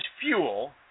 fuel